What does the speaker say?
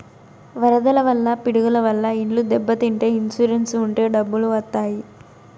వరదల వల్ల పిడుగుల వల్ల ఇండ్లు దెబ్బతింటే ఇన్సూరెన్స్ ఉంటే డబ్బులు వత్తాయి